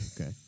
Okay